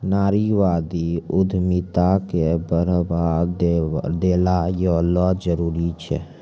नारीवादी उद्यमिता क बढ़ावा देना यै ल जरूरी छै